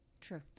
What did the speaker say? True